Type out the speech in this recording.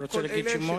אתה רוצה להגיד שמות?